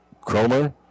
Cromer